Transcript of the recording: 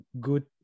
good